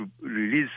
release